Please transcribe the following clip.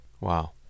Wow